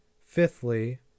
fifthly